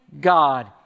God